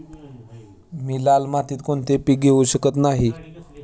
मी लाल मातीत कोणते पीक घेवू शकत नाही?